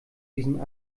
diesem